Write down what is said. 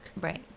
Right